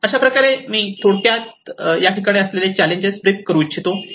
अशाप्रकारे मी तुम्हाला थोडक्यात या ठिकाणी असलेले चॅलेंजेस ब्रीफ करू इच्छितो